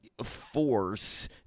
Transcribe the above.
force